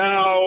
Now